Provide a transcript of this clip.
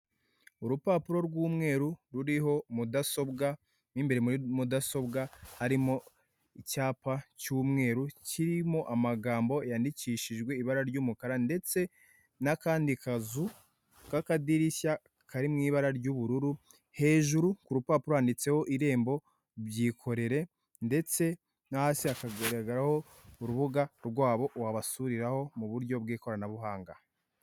Urupapuro rw'umweru ruriho mudasobwa mo imbere muri mudasobwa harimo icyapa cy'umweru, kirimo amagambo yandikishijwe ibara ry'umukara ndetse n'akandi kazu k'akadirishya kari mu ibara ry'ubururu, hejuru ku rupapuro handitseho irembo byikorere ndetse no hasi hakagaragaraho urubuga rwabo wabasuriraho mu buryo bw'ikoranabuhanga.